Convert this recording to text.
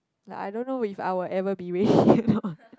like I dunno if I will ever be ready or not